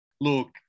Look